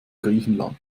griechenland